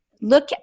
look